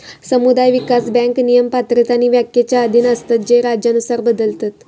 समुदाय विकास बँक नियम, पात्रता आणि व्याख्येच्या अधीन असतत जे राज्यानुसार बदलतत